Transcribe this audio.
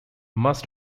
must